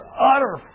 utter